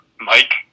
Mike